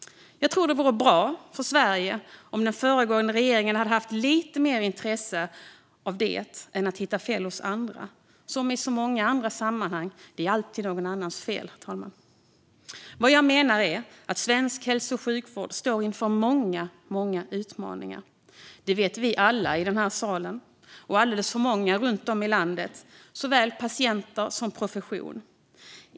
Jag tror att det vore bra för Sverige om den föregående regeringen hade haft lite mer intresse av detta än av att hitta fel hos andra, som i så många andra sammanhang. Det är alltid någon annans fel, herr talman. Vad jag menar är att svensk hälso och sjukvård står inför många, många utmaningar. Det vet vi alla i denna sal och alldeles för många runt om i landet, såväl patienter som profession.